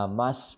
mas